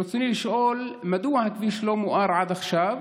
רצוני לשאול: 1. מדוע הכביש לא מואר עד עכשיו?